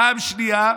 פעם שנייה,